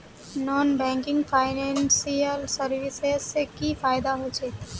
Non banking financial services से की फायदा होचे?